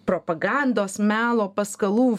propagandos melo paskalų